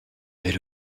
avait